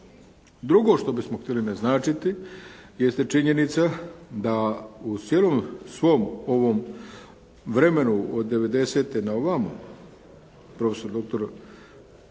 Drugo što bismo htjeli naznačiti jeste činjenica da u cijelom svom ovom vremenu od '90. na ovamo profesor doktor